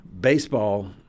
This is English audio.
baseball